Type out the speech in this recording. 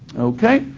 okay?